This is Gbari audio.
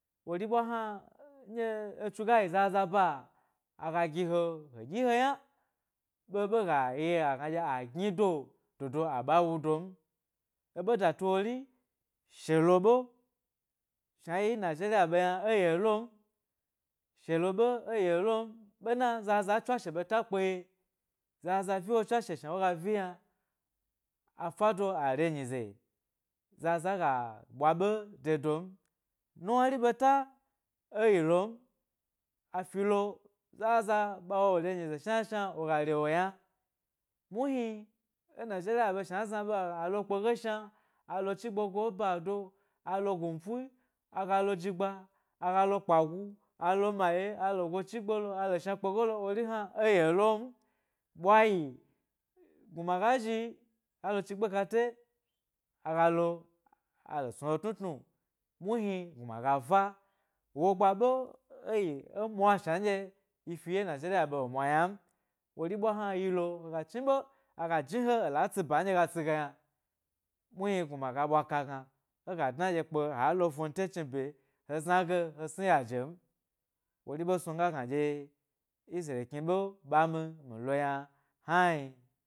Wori ɓwa hna, nɗye etsu ga yi zazaba aga gi he, he ɗyi he yna ɓe ɓe ga yeo agna a gnido dodo aɓa wu don. Eɓe datu wori shdo ɓe: shna yi e nigeria ɓe yna e ye lo m, she lo ɓe e ye lo m, ɓe na zaza tswashe ɓeta kpe ye, zaza viwo tswashe shna woga vi yna, afa do a re nyize, zaza ga ɓwa ɓe de do m, nuwnuri ɓeta eyi lo m a filo ɓazaza wore nyize shna shna woga re wo yna. Muhni, e nigeria ɓe shna azna ɓe agna alo kpe ge shna, alochi gbe go e ba do alo gumpu agalo jigba agalo kpagu, alo maye alo go chigbe lo, alo shna kpe ge lo wori hna e ye lom. Bwayi, gnuna ga zhi alo chigbo kate agalo alo snu he tnu tnu muhni gnuma ga fa wogba ɓe eyi e mwa shna nɗye yi e nigeria ɓe e mwa ynam. Wori ɓwa hna yilo hega chniɓe aga jni he pla tsiba nɗye ga tsi ge yna muhni gnumna ga ɓwa ka gna ega dna dye kpe alo fnute chnibye, he zna ge he sni yajem wori ɓe snu nga gna dye isreal knife ɓa mi lo yna hnan.